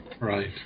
Right